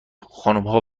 خانمها